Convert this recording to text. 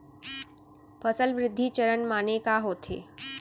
फसल वृद्धि चरण माने का होथे?